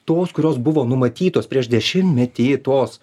tos kurios buvo numatytos prieš dešimtmetį tos